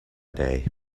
day